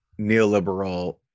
neoliberal